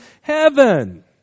heaven